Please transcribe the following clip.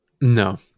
No